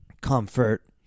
comfort